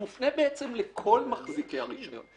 היא מופנה בעצם לכל מחזיקי הרישיון.